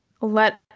let